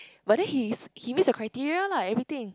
but then he's he meets your criteria lah everything